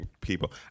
people